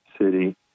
city